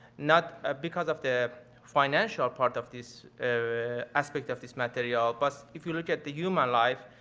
not ah because of the financial part of this aspect of this material, but if you look at the human life,